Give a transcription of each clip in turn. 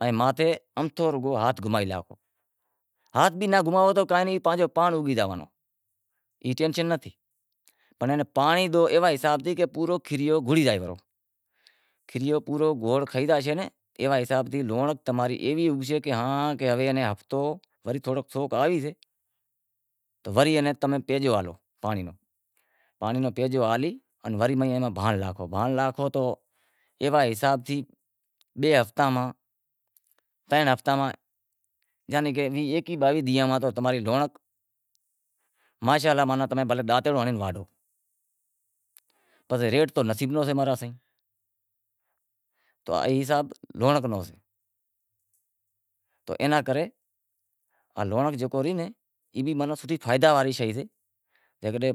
ام تو رگو ماتھے ہاتھ گھومائے لیوں، ہاتھ بھی ناں گھومائے لیوں تو بھی پانجو پانڑ اوگی جائیں، ای ٹینشن ناں تھی پنڑ پانڑی ایوے حساب تھی کہ پورو کھیریو بوڈی زاوے پرہو، کھیریو پورو بوڈ کھاوی زائے تو پسے ایک ہفتو سوک بھی آوے ت لونڑنک تماری ایوی اوگشے کہ ہاں کہ کہ ہوے ایئے ناں ہفتو تھوڑی سوک آوی سے تو وری ہوے تمیں ایئے ناں بیجو پانڑی ڈیو، پانڑی ہالی وری ایئے میں بھانڑ ناکھو بھانڑ ناکھو تو ایوا حساب تھی بئے ہفتاں ماں، ترن ہفتاں ماں یعنی ویہہ باویہہ دہاڑاں ماں تماری لونڑنک ماشا الا بھلیں تمیں ڈانترو ہنڑے واڈھو۔ پسے ریٹ تو نصیب رو سے، تو ای حسان لونڑنک نو سے، تو اینا کرے ہوے لونڑنک جکو رہی ای بھی سوٹھی فائدا واری شے سے، جیکڈنہں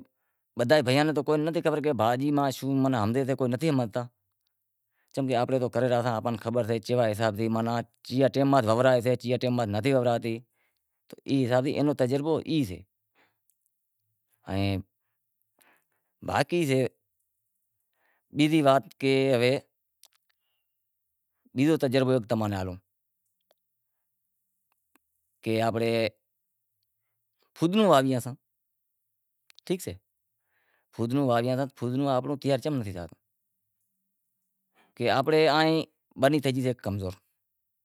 بدہاں بھائیاں ناں خبر نتھی کہ بھاجی ماں کو شوں ہمزے سے کو نتھی ہمزتا چمکہ آپیں تو کرے ریا ساں امیں تو خبر سے کہ کیوے حساب تھیں کیوے ٹیم میں لنوارائیجسے ای حساب تھی اینو تجربو ای سے ائیں باقی سے بیزی وات کہ ہوے کہ بیزو تجربو تماں ناں ہانڑوں، کہ امیں فودنو واہویساں کہ فودنو آنپڑو چم نتھی اوگتو، کہ بنی اماں ری تھے گئی کمزور